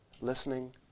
listening